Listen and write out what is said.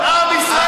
עם ישראל